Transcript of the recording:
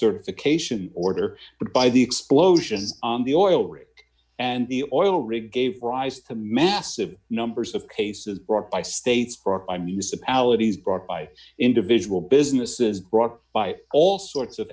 certification order but by the explosions on the oil rig and the oil rig gave rise to massive numbers of cases brought by states brought by municipalities brought by individual businesses brought by all sorts of